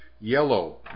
yellow